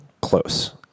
close